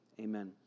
amen